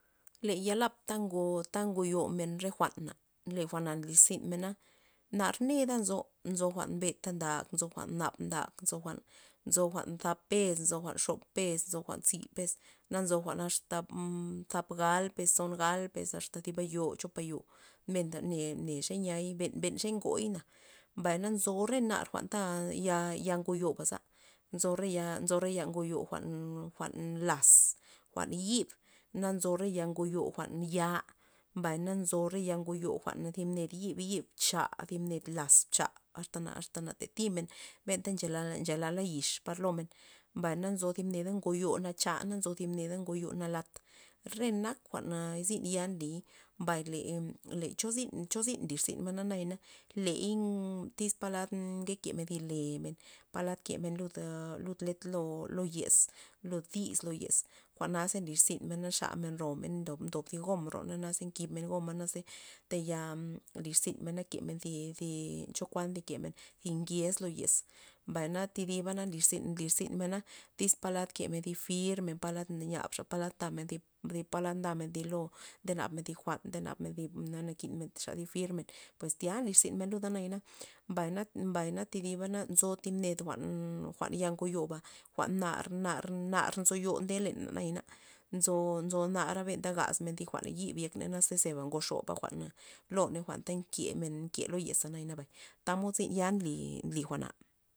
Le ya lap'ta ngo ta ngoyo men re jwa'na le jwa'na nlirzynmena nar neda nzo, nzo jwa'n beta ndak nzo jwa'n nap ntak nzo jwa'n tap pes nzo jwa'n xop pes nzo jwa'n tzi pes nzo jwa'nta asta tap gal pes tson gal pes asta thib eyo chop eyo menta mne xe niay ben- ben xe ngoy na, mbay nzo re nar ya- ya ngoyo ba nzo re ya' nzo re ya' ngoyo jwa'n- jwa'n laz' jwa'n yib na nzo re ya ngo jwa'n ya', mbay na nzo re ya' ngoyo jwa'n thib ned yib yib cha' thib ned laz cha' asta na tatimen benta nchela- nchela yix par lo men, mbay na nzo thib neda ngoyo nacha, mbay nzo thib neda ngoyo nalat re nak jwa'na zyn ya nliy mbay le cho zyn cho zyn nlirzynmena nayana ley tyz palad kemen thi lemen', palad kemen lud'a lud'a letr lo yez lud dis lo yez jwa'na ze nlirzynmena nchamen romen ndob thi gom roney na ze nkibmen goma ze taya lirzynmena kemen thi- thi chokuan kemen thi ngez lo yez, mbay na thidibana nlirzynmen tyz palad kemen thi fir men palad niab xa palad ndamen palad ndamen thi lo nde nab men thi jwa'n nde nabmen thi jwa'na nakin xa thi fir men pues tya nlirzynmen luda nayana, mbay na thi dib nzo thib ned jwa'n ya ngoyoba jwa'n nar- nar nzoyo nde leney nayana nzo- nzo nara benta gazmen thi jwa'n yib yekney ze zeba ngoxoba jwa'n loney jwa'n ta nke, nke lo yez nayana bay tamod zyn ya nly- nly jwa'na.